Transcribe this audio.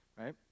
right